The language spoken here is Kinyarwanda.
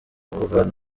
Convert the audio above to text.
kuvana